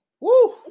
Woo